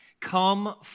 come